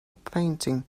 painting